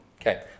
Okay